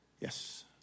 Yes